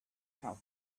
how